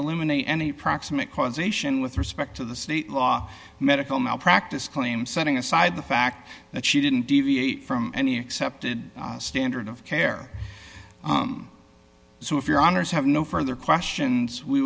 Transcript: eliminate any proximate cause ation with respect to the state law medical malpractise claims setting aside the fact that she didn't deviate from any accepted standard of care so if your honour's have no further questions we